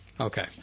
Okay